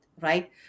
Right